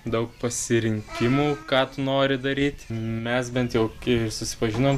daug pasirinkimų ką tu nori daryt mes bent jau kai susipažinom